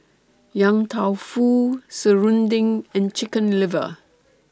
Yang Tao Fu Serunding and Chicken Liver